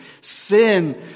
sin